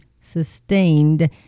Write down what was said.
sustained